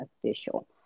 official